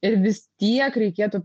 ir vis tiek reikėtų